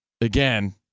Again